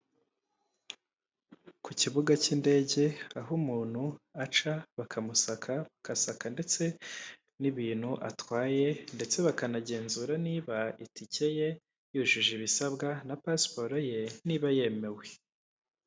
Ku kibuga cy'indege aho umuntu aca bakamusaka; bagasaka ndetse n'ibintu atwaye; ndetse bakanagenzura niba itike ye yujuje ibisabwa na pasiporo ye niba yemewe.